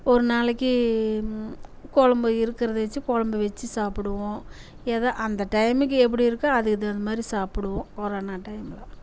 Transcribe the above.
ஒரு நாளைக்கு குழம்பு இருக்கிறத வெச்சு குழம்பு வெச்சு சாப்பிடுவோம் ஏதோ அந்த டைமுக்கு எப்படி இருக்கோ அதுக்கு தகுந்த மாதிரி சாப்பிடுவோம் கொரோனா டைமில்